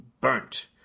burnt